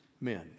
men